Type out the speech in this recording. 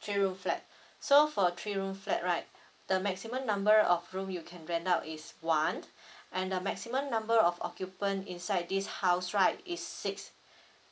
three room flat so for three room flat right the maximum number of room you can rent out is one and the maximum number of occupant inside this house right is six